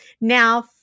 Now